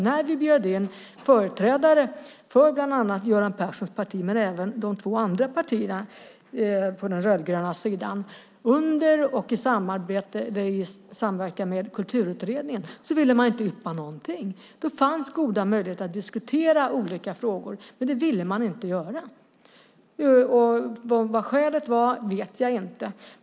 När vi bjöd in företrädare från bland annat Göran Perssons parti men även från de andra två partierna på den rödgröna sidan under och i samverkan med Kulturutredningen ville man inte yppa någonting. Då fanns goda möjligheter att diskutera olika frågor. Men det ville man inte göra. Vad skälet var vet jag inte.